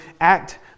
act